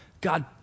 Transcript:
God